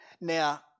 Now